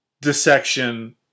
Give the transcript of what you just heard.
dissection